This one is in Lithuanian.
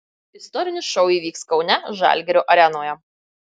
istorinis šou įvyks kaune žalgirio arenoje